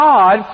God